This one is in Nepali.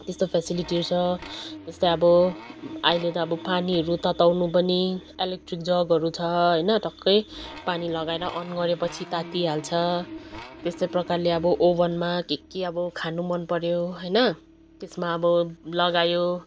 त्यस्तो फेसिलिटीहरू छ जस्तै अब अहिले त अब पानीहरू तत्ताउनु पनि इलेक्ट्रिक जगहरू छ होइन टक्कै पानी लगाएर अन गऱ्योपछि तात्तिहाल्छ त्यस्तै प्रकारले अब ओभनमा के के अब खानु मनपऱ्यो होइन त्यसमा अब लगायो